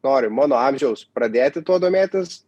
nori mano amžiaus pradėti tuo domėtis